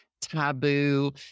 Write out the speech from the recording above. taboo